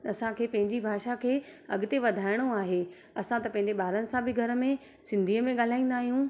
असांखे पंहिंजी भाषा खे अॻिते वधाइणो आहे असां त पंहिंजे ॿारनि सां बि घर में सिंधीअ में ॻाल्हाईंदा आहियूं